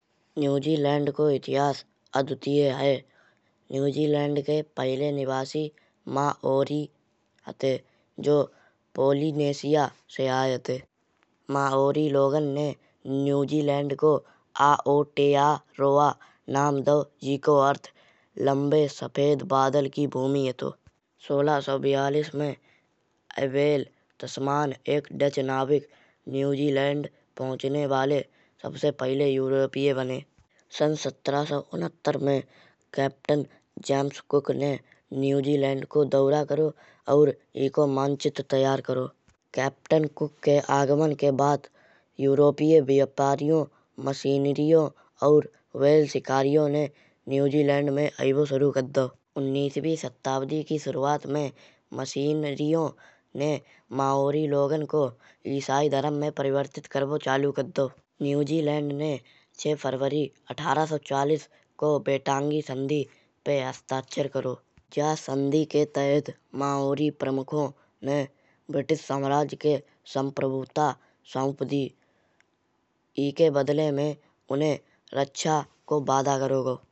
न्यूजीलैंड को इतिहास अद्वितीय है। न्यूजीलैंड के पहले निवासी माओरी हते। जो पोलिनेशिया से आये हते। माओरी लोगन ने न्यूजीलैंड को आओतेया रोआ नाम दाओ। जेको अर्थ लंबे सफेद बादल की भूमि हतो। सोलह सौ बयालीस में एवल तस्मान एक डच नाविक न्यूजीलैंड पहुचने वाले सबसे पहले यूरोपीय बने। सन सत्रह सौ सत्तर में कैप्टन जेम्स कुक ने न्यूजीलैंड को दौरा करो। और एको मानचित्र तैयार करो। कैप्टन कुक के आगमन के बाद यूरोपीय व्यापारियों मशीनरियों और व्हेल शिकायियों ने न्यूजीलैंड में आइबो शुरू कर दाओ। उन्नीसवीं सदी की शुरुआत में मशीनरियों ने माओरी लोगन को इसाई धर्म में परिवर्तित करिबो चालू कर दाओ। न्यूजीलैंड ने छह फरवरी अठारह सौ चालिस को पेटांगी संधि पे हस्ताक्षर करो। या संधि के तहत माओरी प्रमुखों ने ब्रिटिश साम्राज्य के साम्राज्यव सौंप दी। एके बदले में उन्हें रक्षा को वादा करो गाओ।